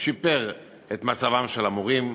את מצבם של המורים.